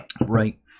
right